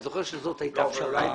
אני זוכר שזאת הייתה הפשרה.